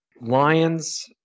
Lions